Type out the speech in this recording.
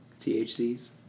THCs